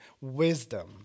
wisdom